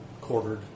quartered